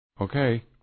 Okay